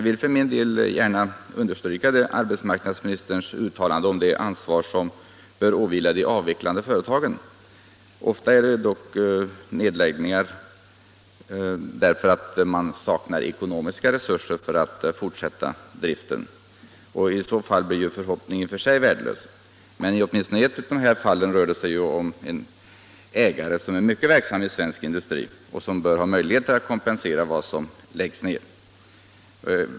Jag vill gärna understryka arbetsmarknadsministerns uttalande om det ansvar som bör åvila de avvecklande företagen. Ofta sker emellertid nedläggningarna därför att de ekonomiska resurserna saknas, och i så fall blir ju förhoppningar i och för sig värdelösa. Men i åtminstone ett av fallen rör det sig om en ägare som är mycket verksam i svensk industri och som bör ha möjligheter att kompensera vad som läggs ned.